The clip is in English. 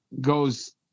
goes